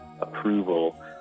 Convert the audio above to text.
approval